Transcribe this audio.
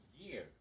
Year